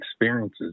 experiences